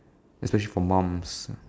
especially for moms